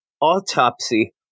autopsy